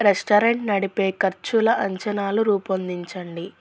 restaurant నడిపే ఖర్చుల అంచనాలు రూపొందించండి